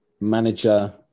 Manager